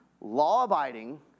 law-abiding